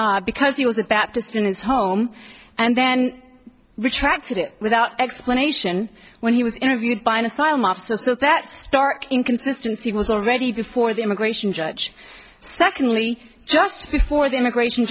unconscious because he was a baptist in his home and then retracted it without explanation when he was interviewed by an asylum officer so that stark inconsistency was already before the immigration judge secondly just before the immigration